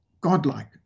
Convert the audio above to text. godlike